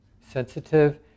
sensitive